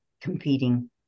competing